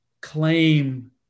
claim